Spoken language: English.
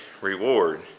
reward